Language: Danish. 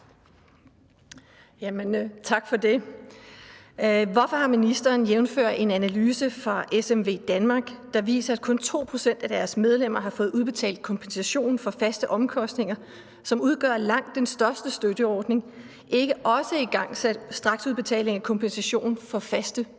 Bank (V): Hvorfor har ministeren, jf. en analyse fra SMVdanmark, der viser, at kun 2 pct. af deres medlemmer har fået udbetalt kompensation for faste omkostninger, som udgør langt den største støtteordning, ikke også igangsat straksudbetaling af kompensationen for faste omkostninger?